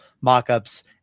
mock-ups